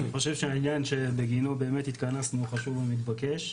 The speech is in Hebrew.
אני חושב שהעניין שבגינו באמת התכנסנו הוא חשוב ומתבקש,